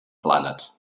planet